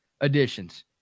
additions